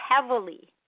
heavily